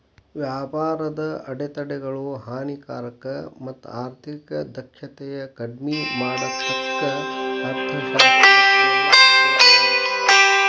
ವ್ಯಾಪಾರದ ಅಡೆತಡೆಗಳು ಹಾನಿಕಾರಕ ಮತ್ತ ಆರ್ಥಿಕ ದಕ್ಷತೆನ ಕಡ್ಮಿ ಮಾಡತ್ತಂತ ಅರ್ಥಶಾಸ್ತ್ರಜ್ಞರು ಒಪ್ಕೋತಾರ